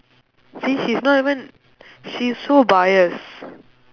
see she's not even she's so biased